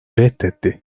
reddetti